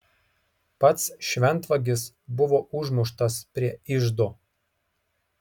pats šventvagis buvo užmuštas prie iždo